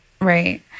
right